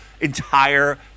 entire